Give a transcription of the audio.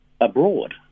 abroad